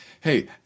hey